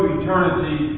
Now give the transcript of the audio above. eternity